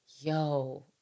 yo